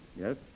Yes